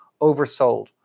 oversold